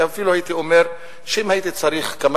אפילו הייתי אומר שאם הייתי צריך כמה